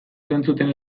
erantzuten